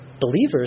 believers